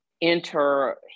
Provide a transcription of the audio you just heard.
enter